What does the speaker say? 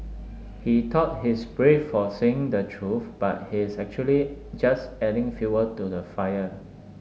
he thought he's brave for saying the truth but he's actually just adding fuel to the fire